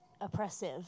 Oppressive